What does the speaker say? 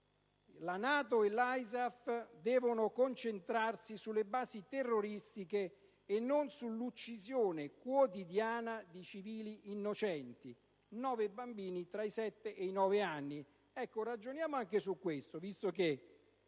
la NATO e l'ISAF «devono concentrarsi sulle basi terroristiche e non sull'uccisione quotidiana di civili innocenti» (nove bambini tra i sette e i nove anni). Ragioniamo anche su questo, visto che